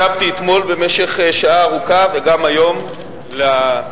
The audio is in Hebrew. הקשבתי אתמול במשך שעה ארוכה וגם היום לדוברים,